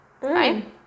Right